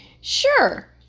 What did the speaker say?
Sure